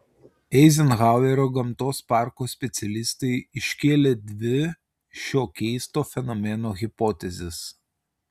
eizenhauerio gamtos parko specialistai iškėlė dvi šio keisto fenomeno hipotezes